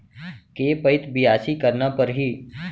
के पइत बियासी करना परहि?